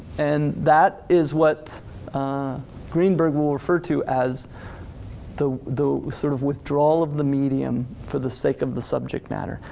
and that is what greenberg will refer to as the the sort of withdrawal of the medium for the sake of the subject matter.